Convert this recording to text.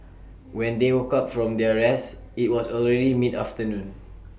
when they woke up from their rest IT was already mid afternoon